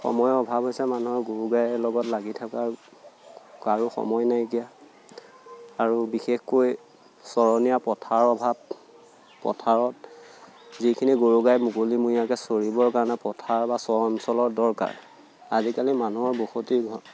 সময়ৰ অভাৱ হৈছে মানুহৰ গৰু গাইৰ লগত লাগি থকাৰ কাৰো সময় নাইকিয়া আৰু বিশেষকৈ চৰণীয়া পথাৰৰ অভাৱ পথাৰত যিখিনি গৰু গাই মুকলিমূৰীয়াকে চৰিবৰ কাৰণে পথাৰ বা চৰ অঞ্চলৰ দৰকাৰ আজিকালি মানুহৰ বসতি ঘন